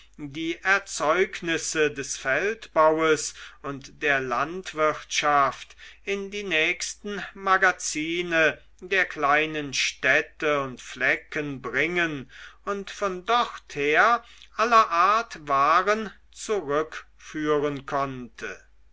die erzeugnisse des feldbaues und der landwirtschaft in die nächsten magazine der kleinen städte und flecken bringen und von dorther aller art waren zurückführen konnte